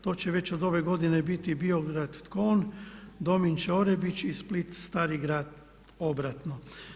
To će već od ove godine biti Biograd-Tkon, Dominče-Orebić i Split-Stari Grad, obratno.